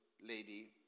lady